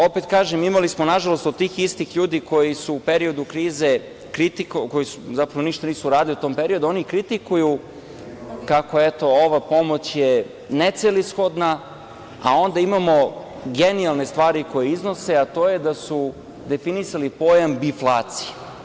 Opet kažem, imali smo nažalost od tih istih ljudi koji su u periodu krize zapravo ništa nisu uradili u tom periodu, oni kritikuju kako je ova pomoć necelishodna, a onda imamo genijalne stvari koje iznose, a to je da su definisali pojam – biflacija.